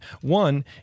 One